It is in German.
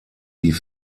die